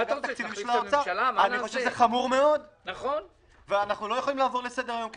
אתה מדבר על הדיסריגרד לנכים?